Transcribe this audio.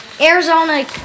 Arizona